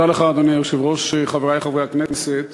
אדוני היושב-ראש, תודה לך, חברי חברי הכנסת,